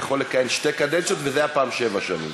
יכול לכהן שתי קדנציות וזה היה פעם שבע שנים.